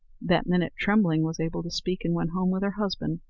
that minute trembling was able to speak, and went home with her husband,